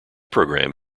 program